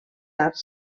art